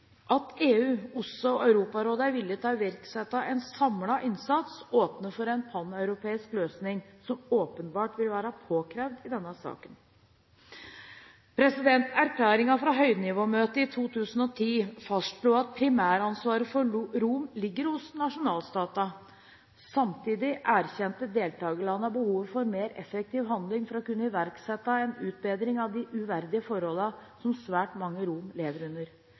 At EU, OSSE og Europarådet er villige til å iverksette en samlet innsats, åpner for en paneuropeisk løsning som åpenbart vil være påkrevd i denne saken. Erklæringene fra høynivåmøtet i 2010 fastslo at primæransvaret for romer ligger hos nasjonalstatene. Samtidig erkjente deltakerlandene behovet for mer effektiv handling for å kunne iverksette en utbedring av de uverdige forholdene som svært mange romer lever under.